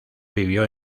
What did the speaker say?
vivió